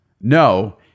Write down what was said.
No